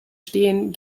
stehen